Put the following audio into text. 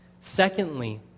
Secondly